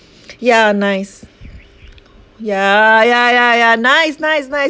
ya nice ya ya ya ya nice nice nice